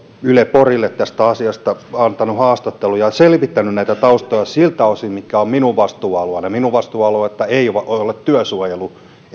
porille tästä asiasta antanut haastattelun ja selvittänyt näitä taustoja siltä osin mitä on minun vastuualueellani minun vastuualuettani ei ole työsuojelu